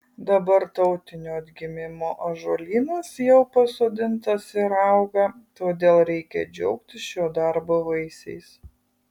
dabar tautinio atgimimo ąžuolynas jau pasodintas ir auga todėl reikia džiaugtis šio darbo vaisiais